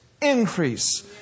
increase